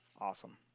awesome